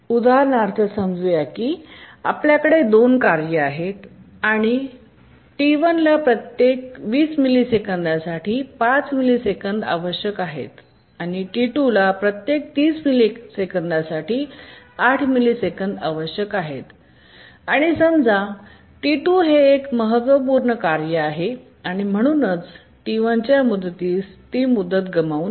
उदाहरणार्थ समजू की आपल्याकडे 2 कार्ये आहेत आणि T1 ला प्रत्येक 20 मिलिसेकंदांसाठी 5 मिलिसेकंद आवश्यक आहेत आणि T2 ला प्रत्येक 30 मिलिसेकंदांमध्ये 8 मिली सेकंद आवश्यक आहेत आणि समजा T2 हे एक महत्त्वपूर्ण कार्य आहे आणि म्हणूनच T1 च्या मुदतीस ती मुदत गमावू नये